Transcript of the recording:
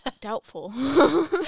Doubtful